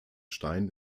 stein